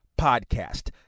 Podcast